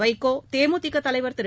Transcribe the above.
வைகோ தேமுதிக தலைவர் திரு